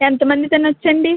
ఎంత మంది తినచ్చండి